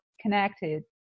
connected